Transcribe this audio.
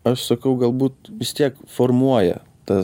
aš sakau galbūt vis tiek formuoja tas